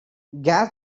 gas